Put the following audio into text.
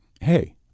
hey